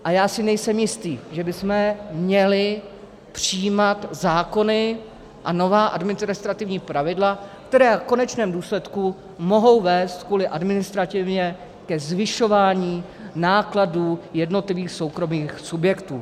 A já si nejsem jistý, že bychom měli přijímat zákony a nová administrativní pravidla, která v konečném důsledku mohou vést kvůli administrativě ke zvyšování nákladů jednotlivých soukromých subjektů.